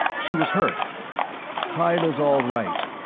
she was hurt kyla's all right,